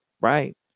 right